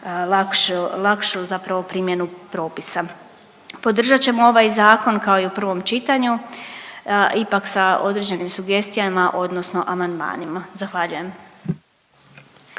lakšu zapravo primjenu propisa. Podržat ćemo ovaj zakon kao i u prvom čitanju ipak sa određenim sugestijama odnosno amandmanima, zahvaljujem.